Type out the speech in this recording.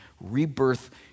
rebirth